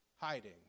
hiding